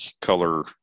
color